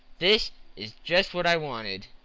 this is just what i wanted!